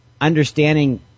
understanding